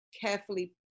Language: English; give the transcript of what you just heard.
carefully